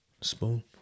Spoon